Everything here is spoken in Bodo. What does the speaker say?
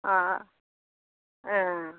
ओ ए